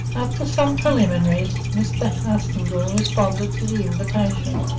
after some preliminaries, mr. arstingstall responded to the invitation,